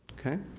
okay?